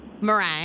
Meringue